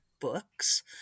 books